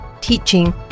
teaching